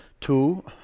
two